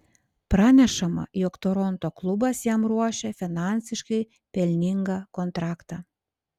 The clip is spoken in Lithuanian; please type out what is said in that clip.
pranešama jog toronto klubas jam ruošia finansiškai pelningą kontraktą